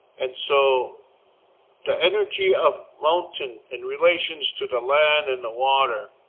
and so the energy of mountain in relations to the land and the water.